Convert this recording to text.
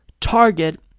target